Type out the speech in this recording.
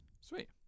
Sweet